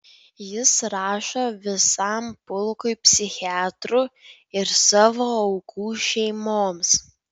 jis rašo visam pulkui psichiatrų ir savo aukų šeimoms